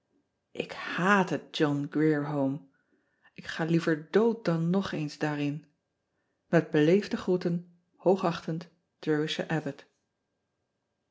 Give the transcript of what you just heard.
k haat het ohn rier ome k ga liever dood dan nog eens daarin et beleefde groeten oogachtend